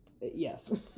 yes